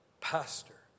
pastor